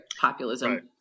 populism